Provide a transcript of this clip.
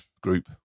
group